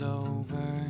over